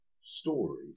story